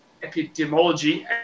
epidemiology